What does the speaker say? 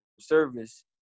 service